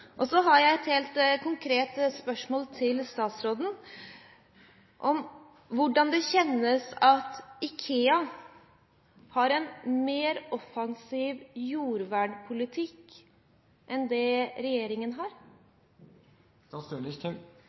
Så har jeg et helt konkret spørsmål til statsråden: Hvordan kjennes det at IKEA har en mer offensiv jordvernpolitikk enn det regjeringen